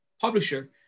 publisher